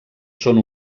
són